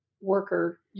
worker